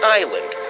island